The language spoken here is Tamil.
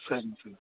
சரிங்க சார்